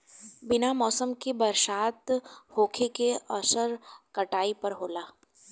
बिना मौसम के बरसात होखे के असर काटई पर होला